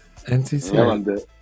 NCC